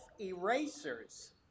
erasers